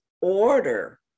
order